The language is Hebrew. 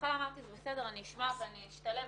בהתחלה אמרתי, זה בסדר, אניא שמע ואני אשתלב.